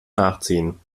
nachziehen